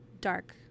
dark